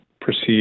proceed